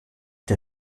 der